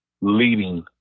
leading